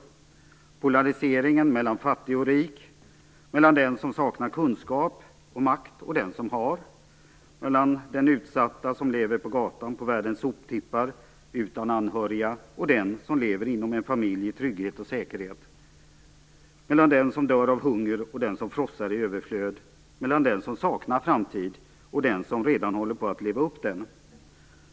Den utgörs också av polariseringen mellan fattig och rik, mellan den som saknar kunskap och makt och den som har, mellan den utsatte som lever på gatan och på världens soptippar utan anhöriga och den som lever i en familj i trygghet och säkerhet, mellan den som dör av hunger och den som frossar i överflöd, mellan den som saknar framtid och den som redan håller på att leva upp den.